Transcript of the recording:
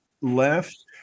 left